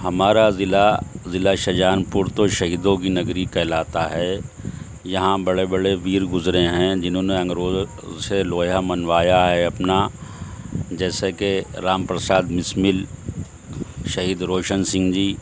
ہمارا ضلع ضلع شاہجہان پور تو شہیدوں کی نگری کہلاتا ہے یہاں بڑے بڑے ویر گزرے ہیں جنہوں نے انگروزوں سے لوہا منوایا ہے اپنا جیسے کہ رام پرشاد بسمل شہید روشن سنگھ جی